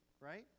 right